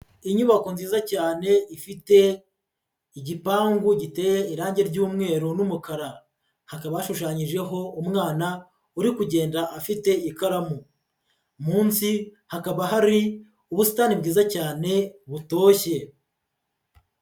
Inyubako nziza cyane ifite igipangu giteye irange ryumweru n'umukara, hakaba hashushanyijeho umwana uri kugenda afite ikaramu, munsi hakaba hari ubusitani bwiza cyane butoshye.